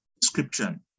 description